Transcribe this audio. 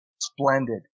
splendid